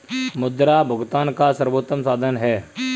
मुद्रा भुगतान का सर्वोत्तम साधन है